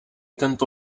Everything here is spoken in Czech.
tento